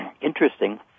interesting